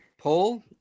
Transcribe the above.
Paul